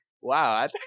Wow